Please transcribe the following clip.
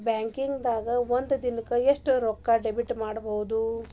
ಬ್ಯಾಂಕಿಂದಾ ಒಂದಿನಕ್ಕ ಎಷ್ಟ್ ರೊಕ್ಕಾ ಡೆಬಿಟ್ ಮಾಡ್ಕೊಬಹುದು?